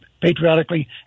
patriotically